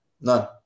None